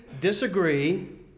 disagree